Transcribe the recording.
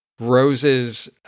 Rose's